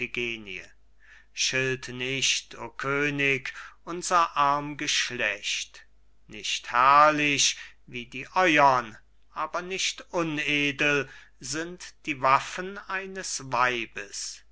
schilt nicht o könig unser arm geschlecht nicht herrlich wie die euern aber nicht unedel sind die waffen eines weibes